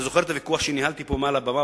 אתה זוכר את הוויכוח שניהלתי פה מהבמה